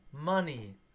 money